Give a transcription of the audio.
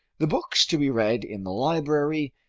the books to be read in the library,